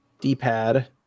D-pad